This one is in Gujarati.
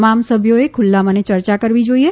તમામ સભ્યોએ ખુલ્લા મને ચર્ચા કરવી જોઈએ